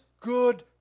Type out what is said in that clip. good